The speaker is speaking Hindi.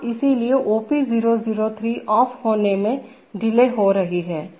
अब इसलिए OP003 ऑफ होने में डिले हो रही है